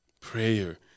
prayer